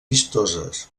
vistoses